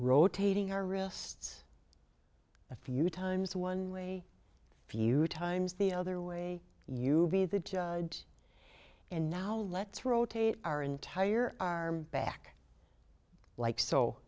rotating our wrists a few times one way a few times the other way you be the judge and now let's rotate our entire arm back like so